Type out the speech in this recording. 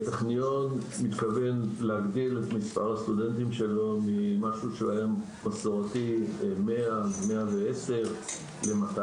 הטכניון מתכוון להגדיל את מספר הסטודנטים שלו מ-110 סטודנטים ל-200.